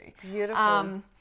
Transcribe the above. Beautiful